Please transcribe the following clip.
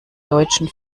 deutschen